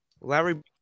Larry